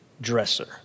dresser